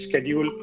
schedule